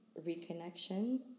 reconnection